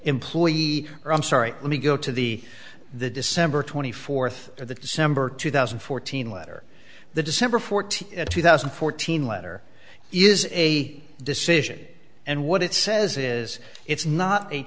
employee i'm sorry let me go to the the december twenty fourth or the december two thousand and fourteen letter the december fourteenth two thousand and fourteen letter is a decision and what it says is it's not a